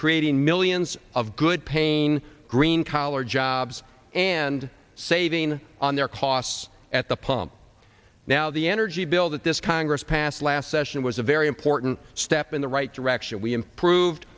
creating millions of good pain green collar jobs and saving on their costs at the pump now the energy bill that this congress passed last session was a very important step in the right direction we improved